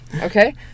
okay